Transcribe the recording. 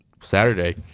Saturday